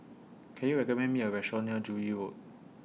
Can YOU recommend Me A Restaurant near Joo Yee Road